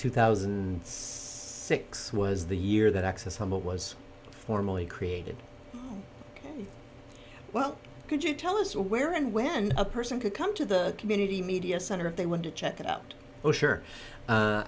two thousand and six was the year that access what was formally created well could you tell us where and when a person could come to the community media center if they want to check it out oh